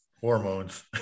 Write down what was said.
hormones